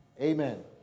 amen